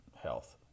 health